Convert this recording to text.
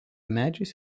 medžiais